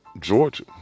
Georgia